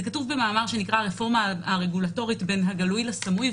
זה כתוב במאמר שנקרא הרפורמה הרגולטורית בין הגילוי לסמוי,